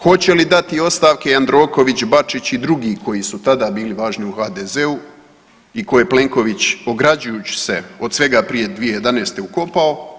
Hoće li dati ostavke Jandroković, Bačić i drugi koji su tada bili važni u HDZ-u i koje Plenković ograđujući se od svega prije 2011. ukopao?